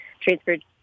transferred